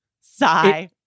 Sigh